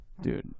Dude